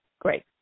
great